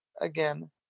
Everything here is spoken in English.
again